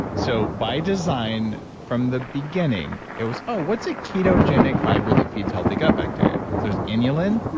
so by design from the beginning it was, oh, what's a keto genic fiber that feeds healthy gut bacteria? so there's inulin,